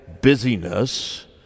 busyness